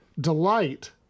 Delight